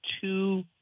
two